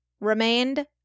remained